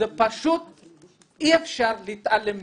אי אפשר להתעלם מזה.